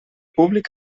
públic